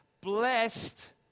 Blessed